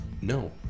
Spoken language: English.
No